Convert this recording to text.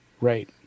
Right